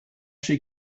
she